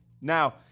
Now